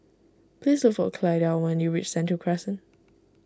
please look for Clyda when you reach Sentul Crescent